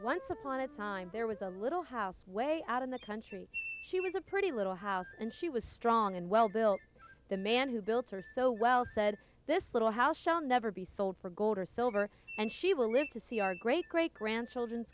once upon a time there was a little house way out in the country she was a pretty little house and she was strong and well built the man who built her so well said this little house shall never be sold for gold or silver and she will live to see our great great grandchildren